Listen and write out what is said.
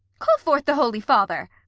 call forth the holy father.